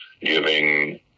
giving